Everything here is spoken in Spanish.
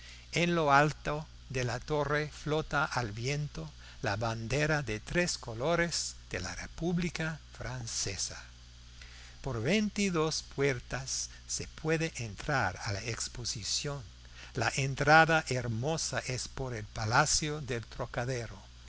en lo alto de la torre flota al viento la bandera de tres colores de la república francesa por veintidós puertas se puede entrar a la exposición la entrada hermosa es por el palacio del trocadero